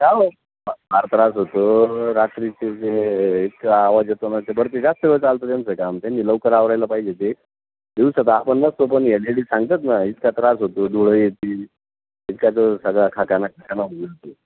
फार त्रास होतो रात्रीचे जे इतका आवाज येतो ना ते बर ते जास्त वेळ चालतं त्यांचं काम त्यांनी लवकर आवरायला पाहिजे ते दिवसा तर आपण नसतो पण या लेडीज सांगतात ना इतका त्रास होतो धूळ येते इतका तो सगळा खाकाना